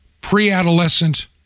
pre-adolescent